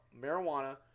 marijuana